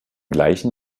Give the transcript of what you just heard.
gleichen